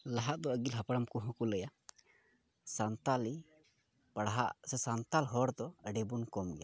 ᱞᱟᱦᱟᱜ ᱫᱚ ᱟᱹᱜᱤᱞ ᱦᱟᱯᱲᱟᱢ ᱠᱚᱦᱚᱸ ᱠᱚ ᱞᱟᱹᱭᱟ ᱥᱟᱱᱛᱟᱲᱤ ᱯᱟᱲᱦᱟᱜ ᱥᱮ ᱥᱟᱱᱛᱟᱲ ᱦᱚᱲ ᱫᱚ ᱟᱹᱰᱤ ᱵᱚᱱ ᱠᱚᱢ ᱜᱮᱭᱟ